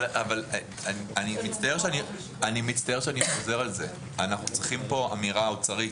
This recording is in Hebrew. אני מצטער שאני חוזר על זה, צריך פה אמירה אוצרית.